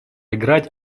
играть